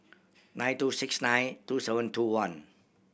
nine two six nine two seven two one